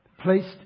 placed